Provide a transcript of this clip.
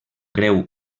greu